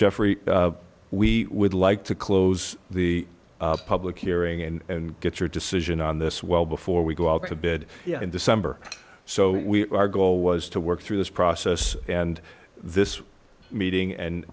jeffrey we would like to close the public hearing and get your decision on this well before we go out to bid in december so we are goal was to work through this process and this meeting and